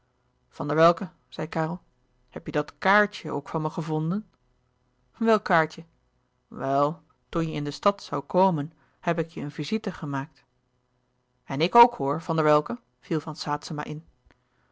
van der welcke zei karel heb je dat kaartje ook van me gevonden welk kaartje wel toen je in de stad zoû komen heb ik je een visite gemaakt en ik ook hoor van der welcke viel van saetzema in